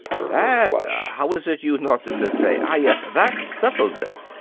that how is it you northerners say ah, yes that settles it!